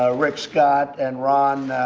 ah rick scott and ron.